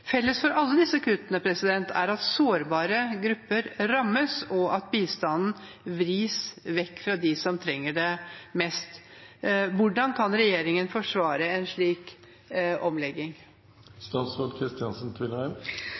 Felles for alle disse kuttene er at sårbare grupper rammes, og at bistanden vris vekk fra dem som trenger det mest. Hvordan kan regjeringen forsvare en slik